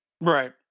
Right